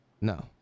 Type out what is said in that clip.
No